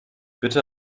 bitte